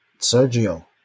sergio